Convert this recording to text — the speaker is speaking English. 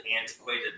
antiquated